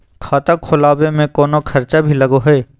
खाता खोलावे में कौनो खर्चा भी लगो है?